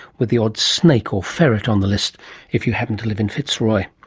with the odd snake or ferret on the list if you happen to live in fitzroy.